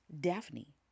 Daphne